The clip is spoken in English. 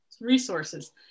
resources